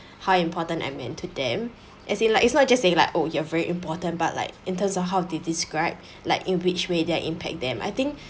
how important I meant to them as in like it's not is just say like oh you are very important but like in terms of how they describe like in which way that I impact them I think